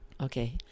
okay